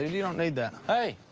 you don't need that. hey.